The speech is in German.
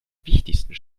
wichtigsten